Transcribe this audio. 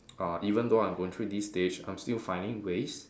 uh even though I'm going through these stage I'm still finding ways